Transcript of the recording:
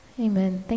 Amen